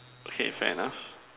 okay fair enough